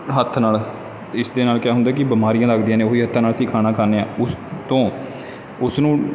ਹੱਥ ਨਾਲ ਇਸ ਦੇ ਨਾਲ ਕਿਆ ਹੁੰਦਾ ਕਿ ਬਿਮਾਰੀਆਂ ਲੱਗਦੀਆਂ ਨੇ ਉਹ ਹੀ ਹੱਥਾਂ ਨਾਲ ਅਸੀਂ ਖਾਣਾ ਖਾਂਦੇ ਹਾਂ ਉਸ ਤੋਂ ਉਸ ਨੂੰ